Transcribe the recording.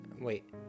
wait